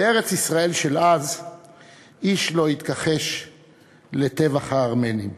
בארץ-ישראל של אז איש לא התכחש לטבח הארמנים.